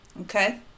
okay